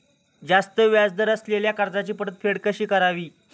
जास्त व्याज दर असलेल्या कर्जाची परतफेड कशी करावी?